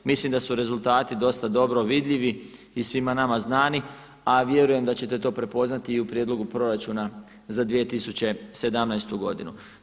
Mislim da su rezultati dosta dobro vidljivi i svima nama znani, a vjerujem da ćete to prepoznati i u prijedlogu proračuna za 2017. godinu.